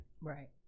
Right